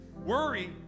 Worry